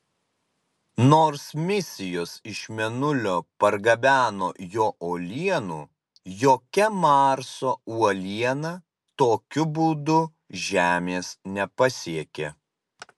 nors misijos iš mėnulio pargabeno jo uolienų jokia marso uoliena tokiu būdu žemės nepasiekė